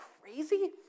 crazy